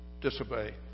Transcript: disobey